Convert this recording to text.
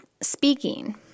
speaking